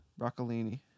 Broccolini